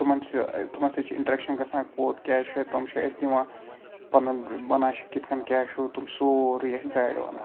تِمن چھِ تِمن سۭتۍ چھِ اِنٹرٛیکشَن گَژھان کوٚت کیاہ چھےٚ تِم چھےٚ اَسہِ دِوان پَنُن ونان چھِ کِتھ کٔنۍ کیاہ چھُ تِم چھِ سورُے اَسہِ گایڈ ونان